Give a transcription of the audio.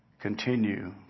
continue